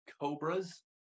cobras